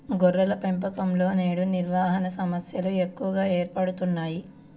గొర్రెల పెంపకంలో నేడు నిర్వహణ సమస్యలు ఎక్కువగా ఏర్పడుతున్నాయి